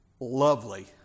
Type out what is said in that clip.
Lovely